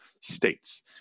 states